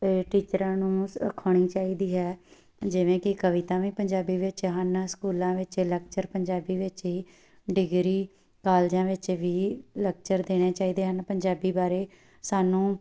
ਟੀਚਰਾਂ ਨੂੰ ਸਿਖਾਉਣੀ ਚਾਹੀਦੀ ਹੈ ਜਿਵੇਂ ਕਿ ਕਵਿਤਾ ਵੀ ਪੰਜਾਬੀ ਵਿੱਚ ਹਨ ਸਕੂਲਾਂ ਵਿੱਚ ਲੈਕਚਰ ਪੰਜਾਬੀ ਵਿੱਚ ਹੀ ਡਿਗਰੀ ਕਾਲਜਾਂ ਵਿੱਚ ਵੀ ਲੈਕਚਰ ਦੇਣੇ ਚਾਹੀਦੇ ਹਨ ਪੰਜਾਬੀ ਬਾਰੇ ਸਾਨੂੰ